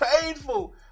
painful